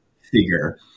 figure